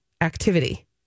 activity